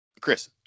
Chris